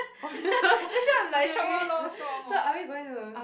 okay okay so are we going to